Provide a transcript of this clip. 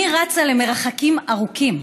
אני רצה למרחקים ארוכים.